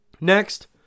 Next